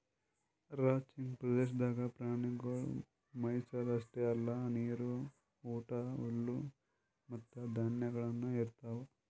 ranching ಪ್ರದೇಶದಾಗ್ ಪ್ರಾಣಿಗೊಳಿಗ್ ಮೆಯಿಸದ್ ಅಷ್ಟೆ ಅಲ್ಲಾ ನೀರು, ಊಟ, ಹುಲ್ಲು ಮತ್ತ ಧಾನ್ಯಗೊಳನು ಇರ್ತಾವ್